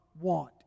want